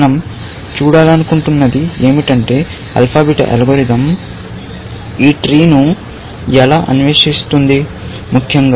మనం చూడాలనుకుంటున్నది ఏమిటంటే ఆల్ఫా బీటా అల్గోరిథం ఈ ట్రీ ను ఎలా అన్వేషిస్తుంది ముఖ్యంగా